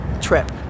trip